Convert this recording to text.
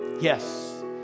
Yes